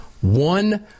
One